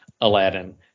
Aladdin